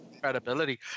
credibility